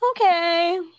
okay